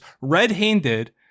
red-handed